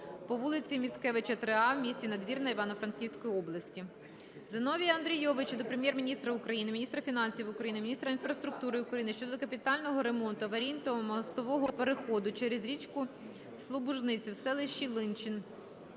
по вул. Міцкевича, 3а, в м. Надвірна, Івано-Франківської області. Зіновія Андрійовича до Прем'єр-міністра України, міністра фінансів України, міністра інфраструктури України щодо капітального ремонту аварійного мостового переходу через річку Слобужницю в селищі Ланчин